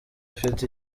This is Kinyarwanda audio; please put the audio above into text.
afite